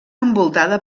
envoltada